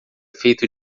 feito